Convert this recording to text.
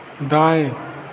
दाएं